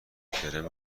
کرم